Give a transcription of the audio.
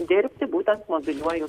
dirbti būtent mobiliuoju